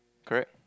correct